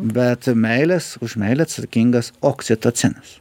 bet meilės už meilę atsakingas oksitocinas